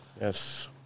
yes